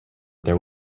there